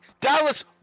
Dallas